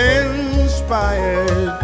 inspired